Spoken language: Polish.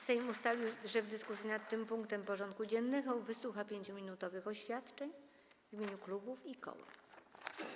Sejm ustalił, że w dyskusji nad tym punktem porządku dziennego wysłucha 5-minutowych oświadczeń w imieniu klubów i koła.